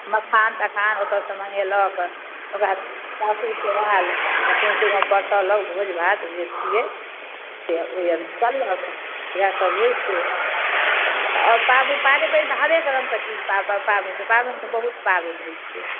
मखान तखान ओतऽसँ मँगेलक ओकरा सासुरसँ आएल सौँसे परसलक भोज भात जे छिए से ओहि अनुसार लऽ कऽ इएहसब होइ छै आओर पा पाबनि तऽ हरेक रङ्गके चीज पा पाबनिमे बहुत पाबनि होइ छै